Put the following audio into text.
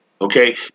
Okay